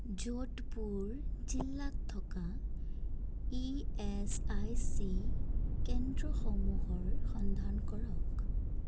যোধপুৰ জিলাত থকা ইএচআইচি কেন্দ্ৰসমূহৰ সন্ধান কৰক